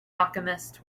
alchemist